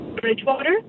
Bridgewater